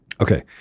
Okay